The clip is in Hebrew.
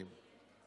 דרקוניים.